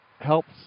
helps